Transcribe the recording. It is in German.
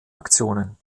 aktionen